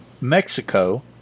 Mexico